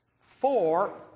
Four